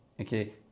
okay